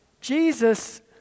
Jesus